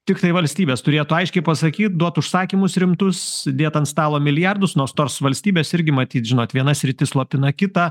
tiktai valstybės turėtų aiškiai pasakyt duot užsakymus rimtus dėt ant stalo milijardus nors tos valstybės irgi matyt žinot viena sritis slopina kitą